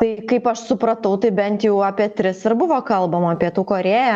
tai kaip aš supratau tai bent jau apie tris ir buvo kalbama pietų korėja